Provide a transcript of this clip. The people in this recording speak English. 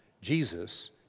Jesus